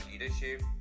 leadership